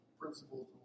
principles